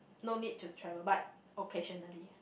no need to travel but occasionally